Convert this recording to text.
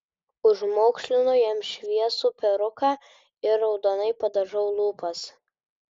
užmaukšlinu jam šviesų peruką ir raudonai padažau lūpas